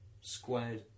squared